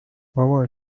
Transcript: مامان